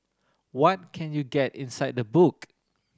what can you get inside the book